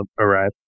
arrive